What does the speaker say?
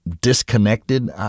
disconnected